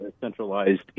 centralized